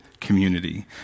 community